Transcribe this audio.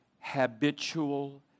habitual